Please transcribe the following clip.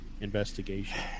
investigation